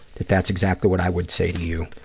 that that's exactly what i would say to you,